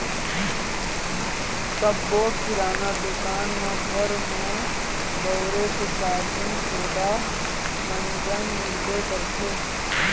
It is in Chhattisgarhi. सब्बो किराना दुकान म घर म बउरे के साबून सोड़ा, मंजन मिलबे करथे